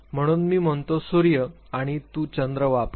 म्हणून मी म्हणतो सूर्य आणि तू चंद्र वापर